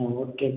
ஆ okay